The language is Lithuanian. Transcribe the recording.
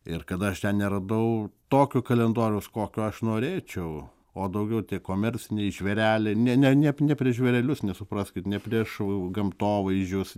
ir kada aš ten neradau tokio kalendoriaus kokio aš norėčiau o daugiau komerciniai žvėreliai ne ne ne ne prieš žvėrelius nesupraskit ne prieš gamtovaizdžius